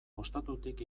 ostatutik